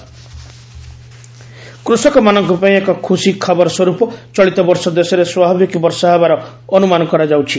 monsoon କୃଷକମାନଙ୍କପାଇଁ ଏକ ଖୁସି ଖବରସ୍ୱର୍ପ ଚଳିତ ବର୍ଷ ଦେଶରେ ସ୍ୱାଭାବିକ ବର୍ଷା ହେବାର ଅନୁମାନ କରାଯାଉଛି